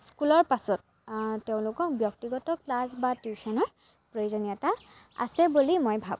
স্কুলৰ পাছত তেওঁলোকক ব্যক্তিগত ক্লাছ বা টিউশ্যনৰ প্ৰয়োজনীয়তা আছে বুলি মই ভাবোঁ